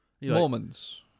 Mormons